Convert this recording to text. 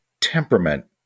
temperament